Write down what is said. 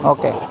Okay